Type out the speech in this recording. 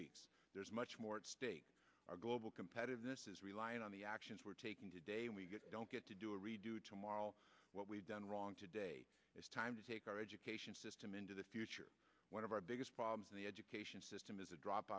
aks there's much more at stake our global competitiveness is reliant on the actions we're taking today we get don't get to do a redo tomorrow what we've done wrong today it's time to take our education system into the future one of our biggest problems in the education system is a